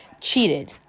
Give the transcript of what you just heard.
cheated